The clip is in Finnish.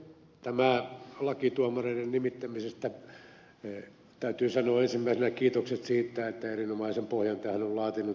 tästä laista tuomareiden nimittämisestä täytyy sanoa ensimmäisenä kiitokset siitä että erinomaisen pohjan tähän on laatinut ed